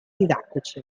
didattici